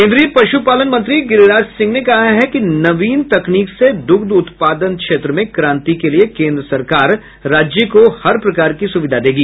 केन्द्रीय पशुपालन मंत्री गिरिराज सिंह ने कहा है कि नवीन तकनीक से दुग्ध उत्पादन क्षेत्र में क्रांति के लिए केन्द्र सरकार राज्य को हर प्रकार की सुविधा देगी